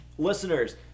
Listeners